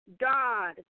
God